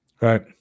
Right